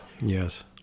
yes